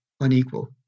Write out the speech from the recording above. unequal